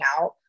out